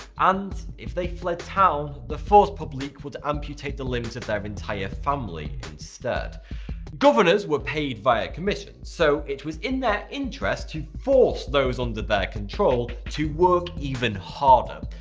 and if they fled town, the force publique would amputate the limbs of their entire family. governors were paid by ah commission, so it was in their interest to force those under their control to work even harder.